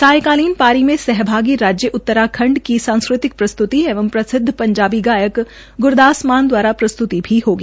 सायंकालीन पारी में सहभागी राज्य उत्तराखंड की सांस्कृतिक प्रस्त्रति एवं प्रसिद्व पंजाबी गायक ग्रदास मान द्वारा प्रस्तुति भी होगी